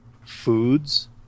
foods